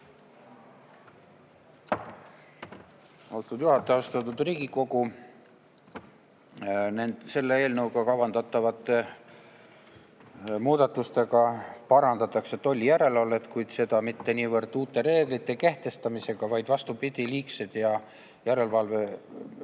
Austatud juhataja! Austatud Riigikogu! Selle eelnõuga kavandatavate muudatustega parandatakse tollijärelevalvet, kuid seda mitte niivõrd uute reeglite kehtestamisega, vaid vastupidi, liigsed järelevalvemeetmed